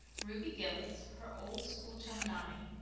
ruby gillis, her old school-chum, dying?